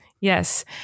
yes